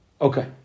Okay